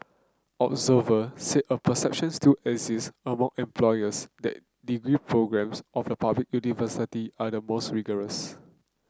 observer said a perception still exists among employers that degree programmes of the public university are more rigorous